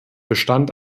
bestand